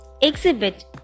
exhibit